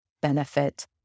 benefit